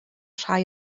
rhai